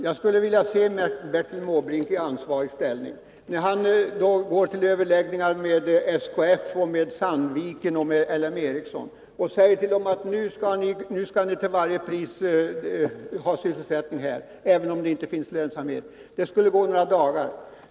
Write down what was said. Jag skulle vilja se Bertil Måbrink i ansvarig ställning gå till överläggningar med SKF, Sandvik och L M Ericsson och säga: Nu skall vi till varje pris ha sysselsättning här, även om det inte finns lönsamhet. Det skulle gå några dagar.